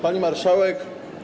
Pani Marszałek!